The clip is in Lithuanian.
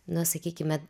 nu sakykime